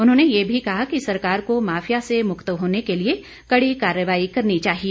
उन्होंने ये भी कहा कि सरकार को माफिया से मुक्त होने के लिए कड़ी कार्रवाई करनी चाहिए